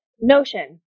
notion